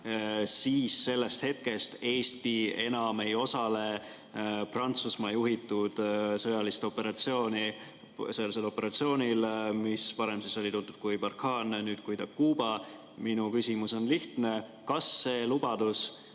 siis sellest hetkest Eesti enam ei osale Prantsusmaa juhitud sõjalisel operatsioonil, mis varem oli tuntud kui Barkhane, nüüd kui Takuba. Minu küsimus on lihtne: kas see lubadus